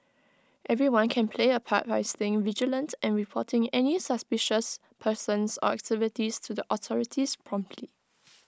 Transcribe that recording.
everyone can play A part by staying vigilant and reporting any suspicious persons or activities to the authorities promptly